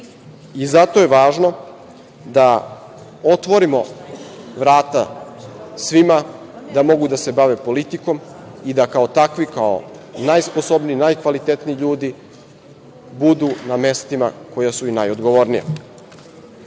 je važno da otvorimo vrata svima da mogu da se bave politikom i da kao takvi, kao najsposobniji, najkvalitetniji ljudi, budu na mestima koja su i najodgovornija. Podsetiću